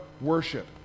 worship